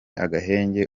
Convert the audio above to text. agahenge